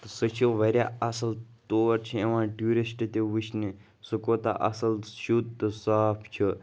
تہٕ سُہ چھِ واریاہ اَصٕل تور چھِ یِوان ٹیوٗرِسٹ تہِ وٕچھنہِ سُہ کوتاہ اَصٕل شُد تہٕ صاف چھِ